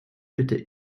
bitte